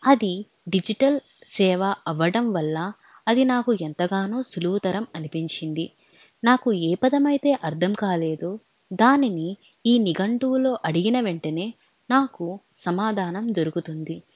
అది డిజిటల్ సేవ అవ్వడం వల్ల అది నాకు ఎంతగానో సులువుతరం అనిపించింది నాకు ఏపదమైతే అర్థం కాలేదో దానిని ఈ నిఘంటువులో అడిగిన వెంటనే నాకు సమాధానం దొరుకుతుంది